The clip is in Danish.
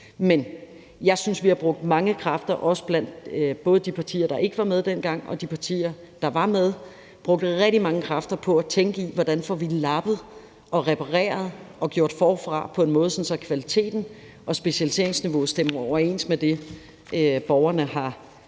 men jeg synes, vi blandt både de partier, der ikke var med dengang, og de partier, der var med, har brugt rigtig mange kræfter på at tænke over, hvordan vi får lappet og repareret og gjort det forfra på en måde, så kvaliteten og specialiseringsniveauet stemmer overens med det, borgerne har behov